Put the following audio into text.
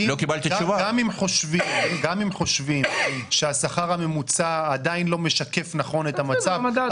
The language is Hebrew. גם אם חושבים שהשכר הממוצע עדיין לא משקף נכון את המצב,